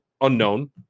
Unknown